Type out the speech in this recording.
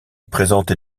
présente